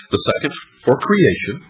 the second for creation,